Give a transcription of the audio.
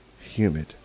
humid